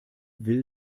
will